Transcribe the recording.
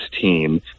team